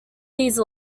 these